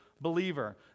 believer